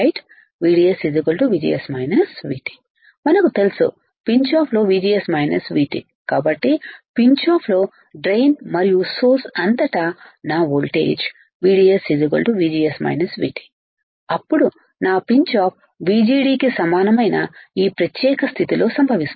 VDS VGS VT మనకు తెలుసు pinch off లో VGS VT కాబట్టి పిన్చ్ ఆఫ్ లో డ్రైన్ మరియు సోర్స్ అంతటా నా వోల్టేజ్ VDS VGS VT అప్పుడు నా పిన్చ్ ఆఫ్ VGD కి సమానమైన ఈ ప్రత్యేక స్థితిలో సంభవిస్తుంది